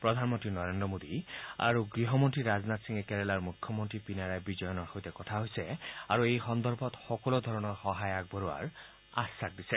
প্ৰধানমন্তী নৰেন্দ্ৰ মোদী আৰু গৃহমন্তী ৰাজনাথ সিঙে কেৰালাৰ মুখ্যমন্তী পিনাৰায় বিজয়নৰ সৈতে কথা হৈছে আৰু এই সন্দৰ্ভত সকলো ধৰণৰ সহায় আগবঢ়োৱাৰ আখাস দিছে